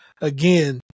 again